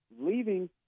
leaving